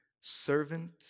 servant